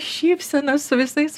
šypsena su visais